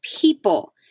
people